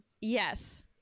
Yes